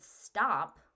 stop